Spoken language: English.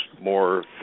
more